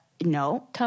no